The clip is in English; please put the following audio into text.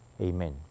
Amen